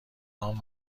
نام